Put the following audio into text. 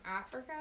Africa